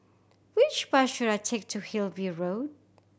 which bus should I take to Hillview Road